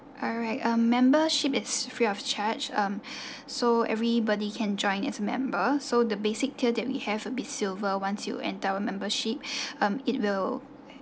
alright a membership is free of charge um so everybody can join as a member so the basic tier that we have will be silver once you enter our membership um it will